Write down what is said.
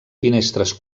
finestres